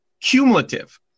cumulative